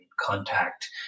contact